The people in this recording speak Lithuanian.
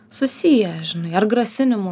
susiję žinai ar grasinimu